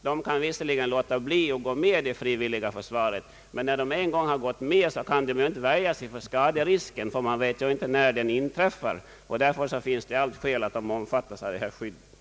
De kan visserligen låta bli att gå med i det frivilliga försvaret, men när de en gång har gått med, kan de ju inte värja sig för skaderisken, ty ingen vet ju när en skada inträffar. Därför finns det allt skäl för att de också omfattas av olycksfallsskyddet.